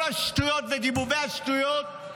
כל השטויות וגיבובי השטויות,